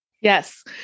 Yes